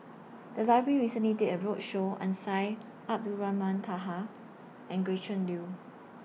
The Library recently did A roadshow on Syed Abdulrahman Taha and Gretchen Liu